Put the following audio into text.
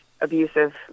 abusive